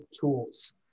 tools